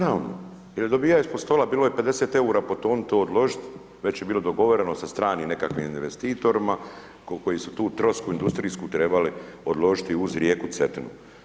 Naravno jer je dobivao ispod stola, bilo je 50 eura po tonu to odložiti, već je bilo dogovoreno s stranim nekakvim investitorima koliko se tu trosku industrijsku trebale odložiti uz rijeku Cetinu.